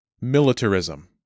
Militarism